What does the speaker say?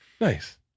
nice